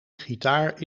gitaar